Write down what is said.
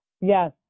yes